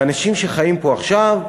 והאנשים שחיים פה עכשיו,